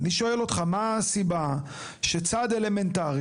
אני שואל אותך מה הסיבה שצעד אלמנטרי,